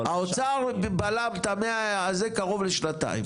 האוצר בלם את ה-100 הזה קרוב לשנתיים.